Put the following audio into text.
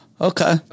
okay